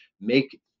make